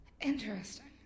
Interesting